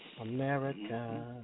America